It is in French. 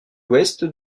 ouest